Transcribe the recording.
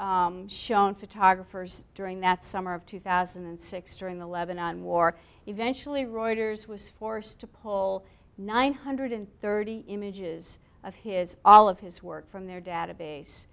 widely shown photographers during that summer of two thousand and six during the lebanon war eventually reuters was forced to pull nine hundred thirty images of his all of his work from their database